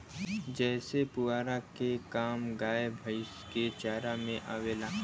जेसे पुआरा के काम गाय भैईस के चारा में आवेला